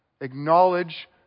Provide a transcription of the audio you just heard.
Acknowledge